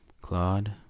Claude